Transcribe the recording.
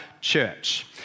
church